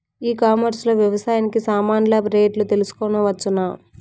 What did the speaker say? ఈ కామర్స్ లో వ్యవసాయానికి సామాన్లు రేట్లు తెలుసుకోవచ్చునా?